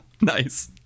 Nice